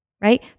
right